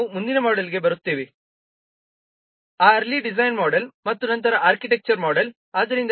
ನಂತರ ನಾವು ಮುಂದಿನ ಮೋಡೆಲ್ಗೆ ಬರುತ್ತೇವೆ ಆ ಅರ್ಲಿ ಡಿಸೈನ್ ಮೋಡೆಲ್ ಮತ್ತು ನಂತರದ ಆರ್ಕಿಟೆಕ್ಚರ್ ಮೋಡೆಲ್